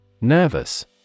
Nervous